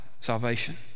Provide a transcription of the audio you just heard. salvation